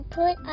put